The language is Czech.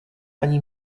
ani